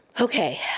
Okay